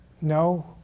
No